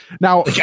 Now